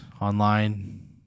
online